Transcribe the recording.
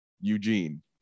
Eugene